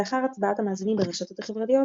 לאחר הצבעת המאזינים ברשתות החברתיות,